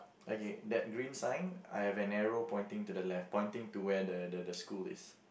okay that green sign I have an arrow pointing to the left pointing to where the the the school is